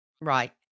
Right